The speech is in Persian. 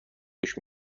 گوش